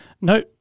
no